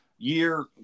year